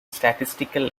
statistical